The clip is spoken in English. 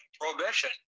prohibition